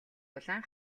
улаан